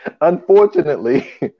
unfortunately